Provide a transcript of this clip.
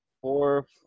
Four